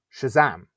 shazam